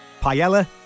Paella